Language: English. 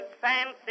Fancy